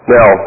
Now